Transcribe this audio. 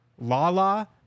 Lala